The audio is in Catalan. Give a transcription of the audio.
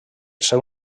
seu